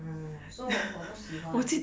ah so 我我不喜欢